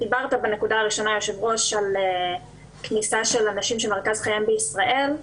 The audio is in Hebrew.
דיברת בנקודה הראשונה על כניסה של אנשים שמרכז חייהם בישראל,